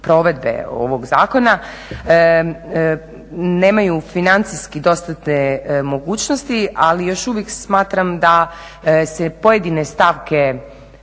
provedbe ovog zakona nemaju financijski dostane mogućnosti, ali još uvijek smatram da se pojedine stavke